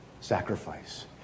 sacrifice